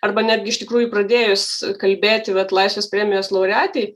arba netgi iš tikrųjų pradėjus kalbėti vat laisvės premijos laureatei